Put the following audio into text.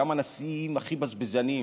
גם הנשיאים הכי בזבזניים,